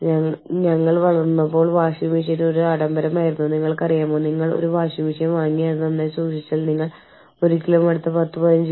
അതിനാൽ ആളുകൾ ഞാൻ ഉദ്ദേശിക്കുന്നത് എന്താണ് നടക്കുന്നത് വ്യക്തിയുടെ സ്വന്തം പോക്കറ്റിൽ നിന്ന് എത്ര ചിലവായി എത്ര ചെലവാണ് കമ്പനി വഹിക്കുന്നത് എല്ലാം സൂക്ഷിക്കണം അതായത് അതെല്ലാം രേഖപ്പെടുത്തേണ്ടതുണ്ട്